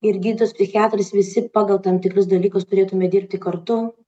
ir gydytojas psichiatras visi pagal tam tikrus dalykus turėtume dirbti kartu